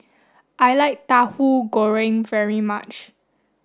I like Tahu Goreng very much